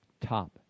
top